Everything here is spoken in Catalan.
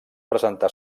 presentar